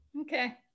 Okay